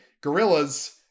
Gorillas